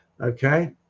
Okay